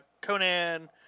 Conan